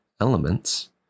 elements